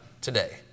today